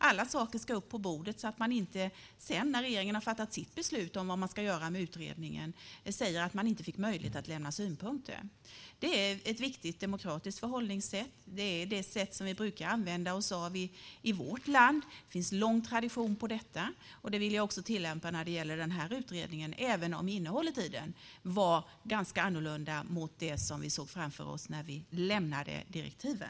Alla saker ska upp på bordet, så att man inte sedan, när regeringen har fattat sitt beslut om vad man ska göra med utredningen, säger att man inte fick möjlighet att lämna synpunkter. Det är ett viktigt demokratiskt förhållningssätt. Det är det sätt som vi brukar använda oss av i vårt land. Det finns en lång tradition av detta, och detta vill jag också tillämpa när det gäller den här utredningen, även om innehållet i den var ganska annorlunda mot det som vi såg framför oss när vi lämnade direktiven.